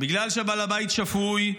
בגלל שבעל הבית שפוי,